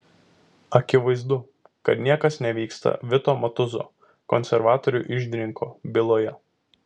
akivaizdu kad niekas nevyksta vito matuzo konservatorių iždininko byloje